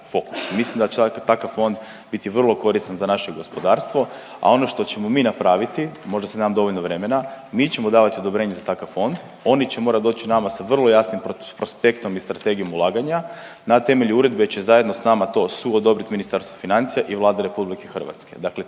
Mislim da će takav fond biti vrlo koristan za naše gospodarstvo, a ono što ćemo mi napraviti, možda sad nemam dovoljno vremena, mi ćemo davati odobrenje za takav fond, oni će morat doć nama sa vrlo jasnim prospektom i Strategijom ulaganja. Na temelju uredbe će zajedno s nama to suodobrit Ministarstvo financija i Vlada RH, dakle